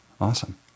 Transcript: awesome